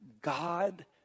God